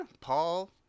Paul